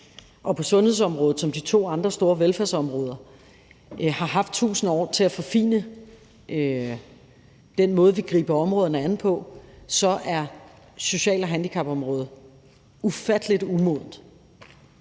og på sundhedsområdet som de to andre store velfærdsområder har haft 1.000 år til at forfine den måde, vi griber områderne an på, så er social- og handicapområdet ufattelig umodent.